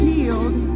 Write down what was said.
Healed